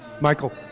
Michael